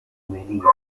melilla